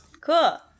Cool